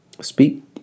speak